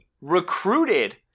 Recruited